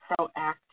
proactive